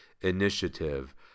initiative